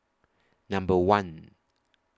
Number one